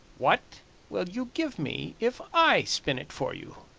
what will you give me if i spin it for you?